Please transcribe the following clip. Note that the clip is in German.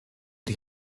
die